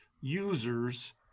users